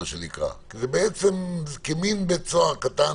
כי זה בעצם מעין בית סוהר קטן